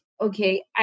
okay